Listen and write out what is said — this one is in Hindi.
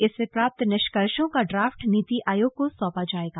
इससे प्राप्त निष्कर्षों का ड्राफ्ट नीति आयोग को सौंपा जाएगा